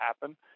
happen